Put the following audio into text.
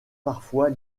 parfois